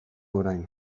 orain